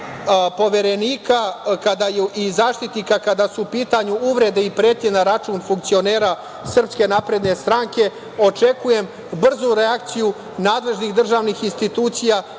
Poverenika i Zaštitnika, kada su u pitanju uvrede i pretnje na račun funkcionera SNS, očekujem brzu reakciju nadležnih državnih institucija,